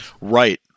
right